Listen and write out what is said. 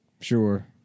Sure